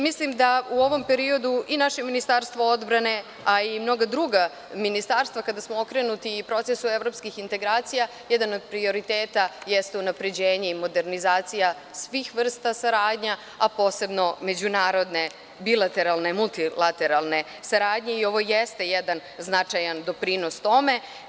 Mislim da u ovom periodu i naše Ministarstvo odbrane a i mnoga druga ministarstva, kada smo okrenuti procesu evropskih integracija, jedan od prioriteta jeste unapređenje i modernizacija svih vrsta saradnje, a posebno međunarodne bilateralne, multilateralne saradnje i ovo jeste jedan značajan doprinos tome.